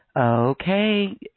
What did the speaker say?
Okay